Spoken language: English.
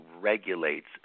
regulates